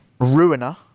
Ruiner